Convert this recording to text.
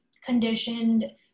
conditioned